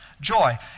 joy